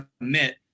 commit